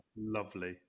lovely